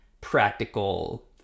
practical